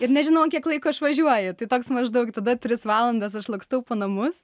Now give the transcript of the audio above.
ir nežinau ant kiek laiko išvažiuoji tai toks maždaug tada tris valandas aš lakstau po namus